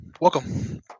welcome